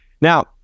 Now